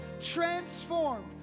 transformed